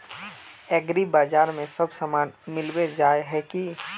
एग्रीबाजार में सब सामान मिलबे जाय है की?